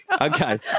Okay